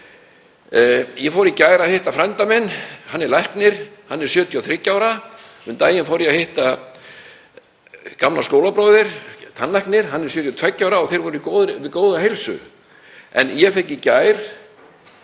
Ég fór í gær að hitta frænda minn, hann er læknir, hann er 73 ára, og um daginn fór ég að hitta gamlan skólabróður sem er tannlæknir, hann er 72 ára, og þeir voru báðir við góða heilsu. En ég fékk í gær